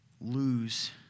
lose